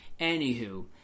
Anywho